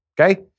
okay